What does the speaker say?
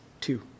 Two